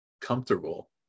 comfortable